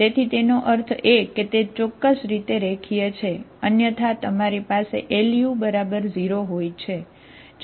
તેથી તેનો અર્થ એ કે તે ચોક્કસ રીતે રેખીય છે અન્યથા તમારી પાસે Lu0હોય છે